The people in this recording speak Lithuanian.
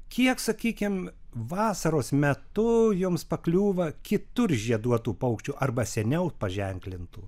kiek sakykim vasaros metu jums pakliūva kitur žieduotų paukščių arba seniau paženklintų